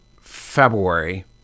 February